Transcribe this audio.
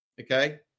Okay